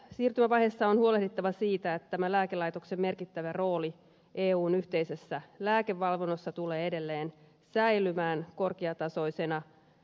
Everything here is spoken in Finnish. lääkelaitoksen siirtymävaiheessa on huolehdittava siitä että lääkelaitoksen merkittävä rooli eun yhteisessä lääkevalvonnassa tulee edelleen säilymään korkeatasoisena